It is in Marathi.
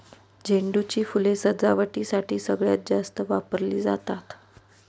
झेंडू ची फुलं सजावटीसाठी सगळ्यात जास्त वापरली जातात